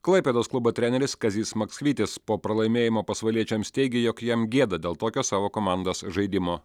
klaipėdos klubo treneris kazys maksvytis po pralaimėjimo pasvaliečiams teigė jog jam gėda dėl tokio savo komandos žaidimo